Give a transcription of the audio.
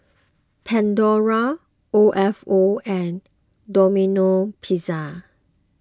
Pandora O F O and Domino Pizza